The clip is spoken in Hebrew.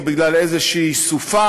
או בגלל איזו סופה,